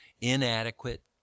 Inadequate